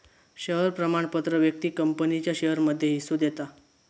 share प्रमाणपत्र व्यक्तिक कंपनीच्या शेयरमध्ये हिस्सो देता